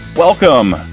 Welcome